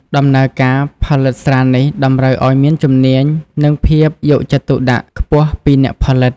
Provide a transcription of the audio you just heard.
ដំណើរការផលិតស្រានេះតម្រូវឱ្យមានជំនាញ និងភាពយកចិត្តទុកដាក់ខ្ពស់ពីអ្នកផលិត។